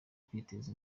kwiteza